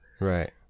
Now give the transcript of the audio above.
Right